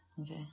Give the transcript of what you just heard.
okay